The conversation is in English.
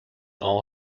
all